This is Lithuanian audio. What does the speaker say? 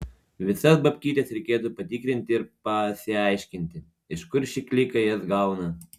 visas babkytes reikėtų patikrinti ir pasiaiškinti iš kur ši klika jas gauna